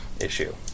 issue